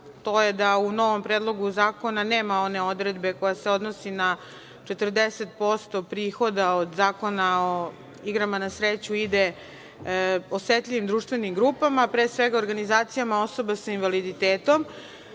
to je da u novom Predlogu zakona nema one odredbe koja se odnosi na to da 40% prihoda, Zakona o igrama na sreću, ide osetljivim društvenim grupama, pre svega, organizacijama osoba sa invaliditetom.